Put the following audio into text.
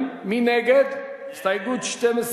מי נגד הסתייגות 8?